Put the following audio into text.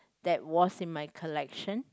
that was in my collection